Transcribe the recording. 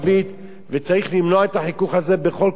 וצריך למנוע את החיכוך הזה בכל כוח שבעולם.